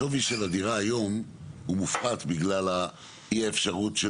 השווי של הדירה היום הוא מופחת בגלל אי האפשרות של